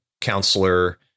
counselor